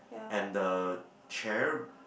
and the chair